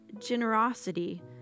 generosity